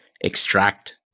extract